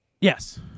Yes